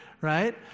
right